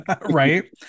Right